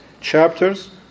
chapters